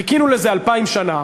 חיכינו לזה אלפיים שנה,